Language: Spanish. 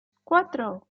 cuatro